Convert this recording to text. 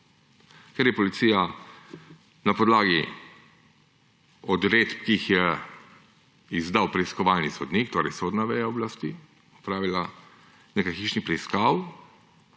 Ker je policija na podlagi odredb, ki jih je izdal preiskovalni sodnik, torej sodna veja oblasti, opravila nekaj hišnih preiskav,